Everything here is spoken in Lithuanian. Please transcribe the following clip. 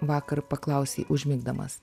vakar paklausei užmigdamas